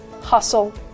hustle